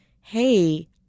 hey